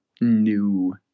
new